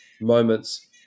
moments